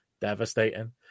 devastating